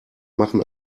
machen